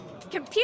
Computer